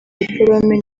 dipolome